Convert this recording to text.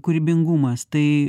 kūrybingumas tai